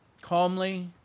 calmly